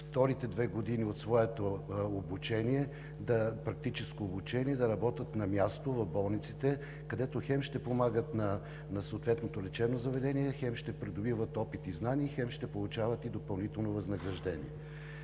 вторите две години от своето практическо обучение да работят на място, в болниците, където хем ще помагат на съответното лечебно заведение, хем ще придобиват опит и знание, хем ще получават и допълнително възнаграждение.